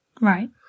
Right